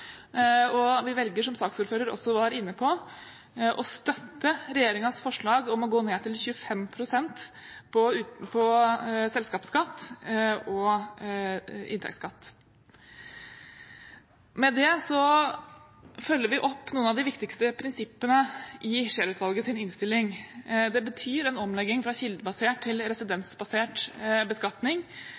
og vi velger, som saksordføreren også var inne på, å støtte regjeringens forslag om å gå ned til 25 pst. på selskapsskatt og inntektsskatt. Med det følger vi opp noen av de viktigste prinsippene i Scheel-utvalgets innstilling. Det betyr en omlegging fra kildebasert til residensbasert beskatning,